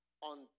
on